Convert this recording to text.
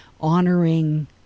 honoring